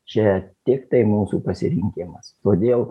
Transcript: čia tiktai mūsų pasirinkimas todėl